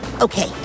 Okay